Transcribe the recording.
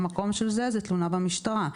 המקום של זה היא תלונה במשטרה.